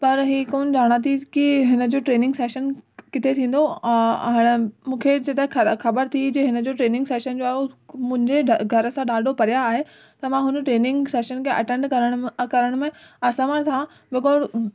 पर ही कोन्ह ॼाणा थी की हिनजो ट्र्निंग सेशन किथे थींदो ऐं हे न मूंखे जितां खरा ख़बर थी हिनजो ट्र्निंग सेशन जो आहे हू मुंहिंजे घ घर सां ॾाढो परियां आहे त मां हुन ट्र्निंग सेशन खे अटेंड करण में असमर्थ आहे बिकोज़